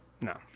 no